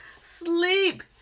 Sleep